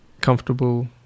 comfortable